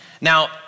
Now